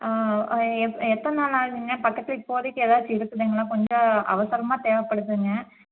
ஆ ஆ எவ் எத்தனை நாள் ஆகுங்க பக்கத்தில் இப்போதிக்கு எதாச்சு இருக்குதுங்களா கொஞ்சம் அவசரமாக தேவைப்படுதுங்க